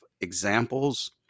examples